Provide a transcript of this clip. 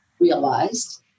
realized